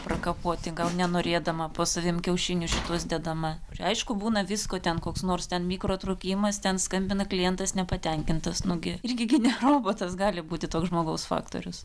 prakapoti gal nenorėdama po savim kiaušinius šituos dedama ir aišku būna visko ten koks nors ten mikro įtrūkimas ten skambina klientas nepatenkintas nu gi irgi ne robotas gali būti toks žmogaus faktorius